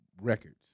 records